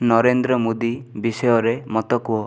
ନରେନ୍ଦ୍ର ମୋଦୀ ବିଷୟରେ ମୋତେ କୁହ